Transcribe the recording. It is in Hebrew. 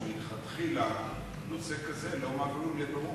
כי מלכתחילה נושא כזה לא הועבר לבירור